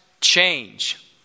change